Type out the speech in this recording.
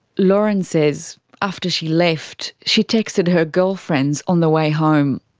lauren says after she left, she texted her girlfriends on the way home,